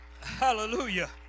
hallelujah